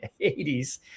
80s